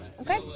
Okay